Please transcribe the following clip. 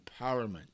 empowerment